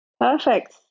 Perfect